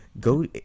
go